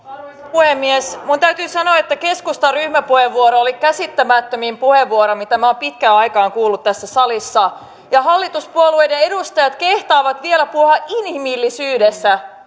puhemies minun täytyy sanoa että keskustan ryhmäpuheenvuoro oli käsittämättömin puheenvuoro mitä minä olen pitkään aikaan kuullut tässä salissa ja hallituspuolueiden edustajat kehtaavat vielä puhua inhimillisyydestä